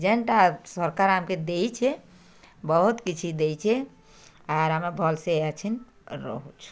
ଯେନଟା ସରକାର ଆମକେ ଦେଇଛେ ବହୁତ କିଛି ଦେଇଛେ ଆର ଆମର ଭଲସେ ଅଛିନ ଅର ରହୁଛୁ